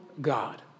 God